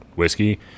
whiskey